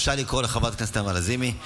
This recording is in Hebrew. אפשר לקרוא לחברת הכנסת נעמה לזימי.